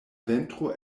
ventro